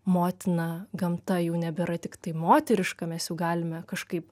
motina gamta jau nebėra tiktai moteriška mes jau galime kažkaip